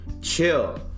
chill